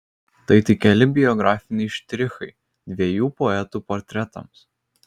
tai tik keli biografiniai štrichai dviejų poetų portretams